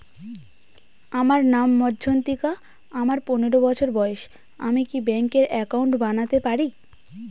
আমার নাম মজ্ঝন্তিকা, আমার পনেরো বছর বয়স, আমি কি ব্যঙ্কে একাউন্ট বানাতে পারি?